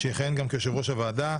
שיכהן כיושב-ראש הוועדה,